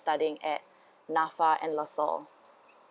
studying at nafa and lasalle